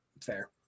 Fair